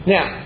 Now